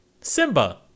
Simba